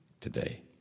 today